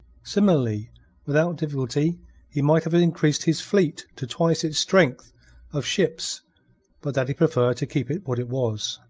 similarly without difficulty he might have increased his fleet to twice its strength of ships but that he preferred to keep it what it was.